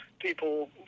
people